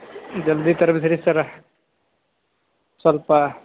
ಜಲ್ದಿ ತಲ್ಪ್ಸ್ ರೀ ಸರ್ರ ಸ್ವಲ್ಪ